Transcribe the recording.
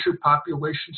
population